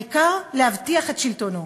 העיקר להבטיח את שלטונו.